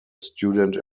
student